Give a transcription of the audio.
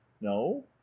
no